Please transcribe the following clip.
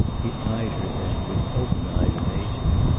he eyed her then with open-eyed amazement.